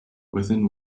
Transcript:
within